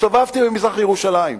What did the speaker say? הסתובבתי במזרח-ירושלים,